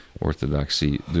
Orthodoxy